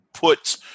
put